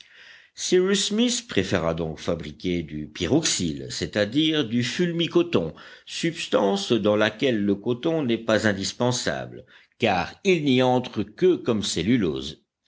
smith préféra donc fabriquer du pyroxyle c'est-à-dire du fulmi coton substance dans laquelle le coton n'est pas indispensable car il n'y entre que comme cellulose